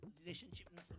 relationship